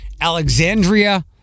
Alexandria